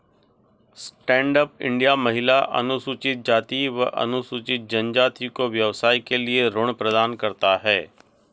stand up India महिला, अनुसूचित जाति व अनुसूचित जनजाति को व्यवसाय के लिए ऋण प्रदान करता है